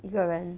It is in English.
一个人